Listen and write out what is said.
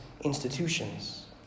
institutions